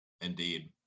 indeed